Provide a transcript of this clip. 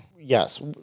Yes